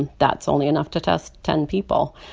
and that's only enough to test ten people.